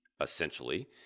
essentially